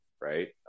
right